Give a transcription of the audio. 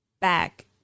back